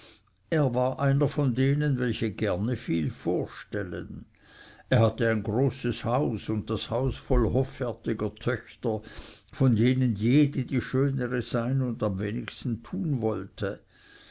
er war einer von denen welche gerne viel vorstellen er hatte ein großes haus und das haus voll hoffärtiger töchter von denen jede die schönere sein und am wenigsten tun wollte